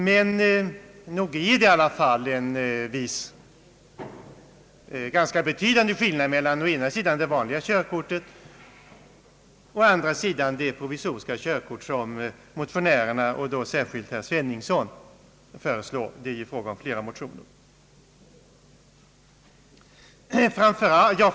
Men nog är det i alla fall en viss, ganska betydande skillnad mellan å ena sidan det vanliga körkortet och å andra sidan det provisoriska körkort som motionärerna och då särskilt herr Sveningsson föreslår — det föreligger ju flera motioner i frågan.